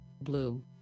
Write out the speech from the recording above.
Blue